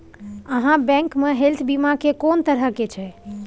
आहाँ बैंक मे हेल्थ बीमा के कोन तरह के छै?